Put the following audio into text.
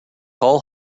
hull